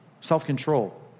self-control